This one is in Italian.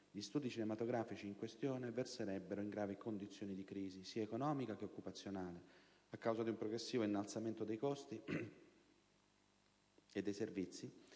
gli studi cinematografici in questione verserebbero in gravi condizioni di crisi, sia economica che occupazionale, a causa di un progressivo innalzamento dei costi e dei servizi,